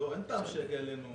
אין טעם שיגיע אלינו.